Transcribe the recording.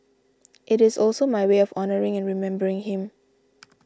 it is also my way of honouring and remembering him